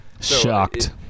Shocked